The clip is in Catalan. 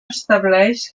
estableix